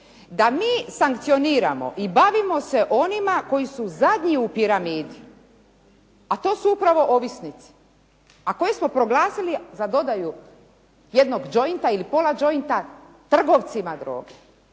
Da mi sankcioniramo i bavimo se onima koji su zadnji u piramidi, a to su upravo ovisnici, a koje smo proglasili za … /Govornica se ne razumije./… jednog jointa ili pola jointa trgovcima droge